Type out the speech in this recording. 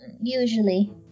Usually